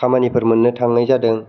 खामानिफोर मोननो थाङै जादों